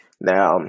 Now